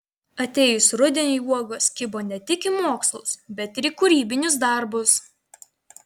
atėjus rudeniui uogos kibo ne tik į mokslus bet ir į kūrybinius darbus